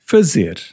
Fazer